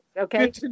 Okay